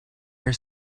are